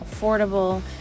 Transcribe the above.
affordable